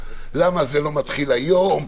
למה זה לא מתחיל היום,